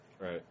Right